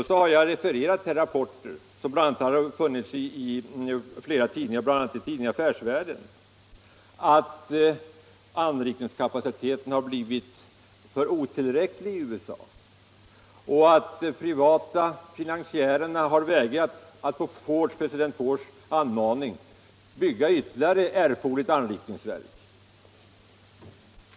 Jag har ändå här refererat rapporter ur olika tidningar, bl.a. ur tidningen Affärsvärlden, som uppger att anrikningskapaciteten i USA blivit otillräcklig och att de privata finansiärerna vägrat att på president Fords anmaning bygga ytterligare anrikningsverk.